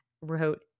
wrote